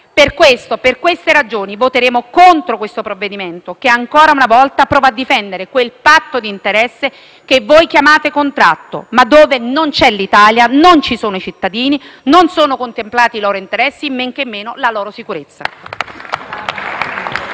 Per queste ragioni, voteremo contro il provvedimento, che ancora una volta prova a difendere quel patto di interesse che voi chiamate contratto, dove non c'è l'Italia, non ci sono i cittadini, non sono contemplati i loro interessi e men che meno la loro sicurezza.